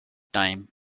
time